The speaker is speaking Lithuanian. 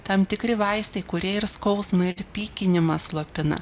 tam tikri vaistai kurie ir skausmą ir pykinimą slopina